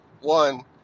one